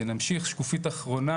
נמשיך, שקופית אחרונה.